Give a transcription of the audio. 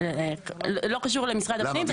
לא קשור למשרד הפנים.